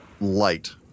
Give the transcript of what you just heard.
light